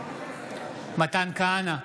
מתן כהנא,